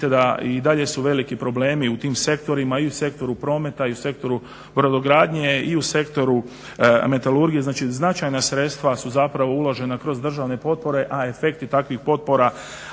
da i dalje su veliki problemi u tim sektorima i u sektoru prometa i u sektoru brodogradnje i u sektoru metalurgije. Znači značajna sredstva su uložena kroz državne potpore, a efekti takvih potpora